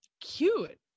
Cute